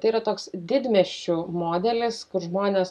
tai yra toks didmiesčių modelis kur žmonės